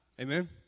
Amen